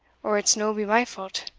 or it's no be my fault.